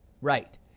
right